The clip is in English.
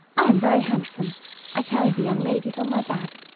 i am very handsome i carry the young ladies on my back,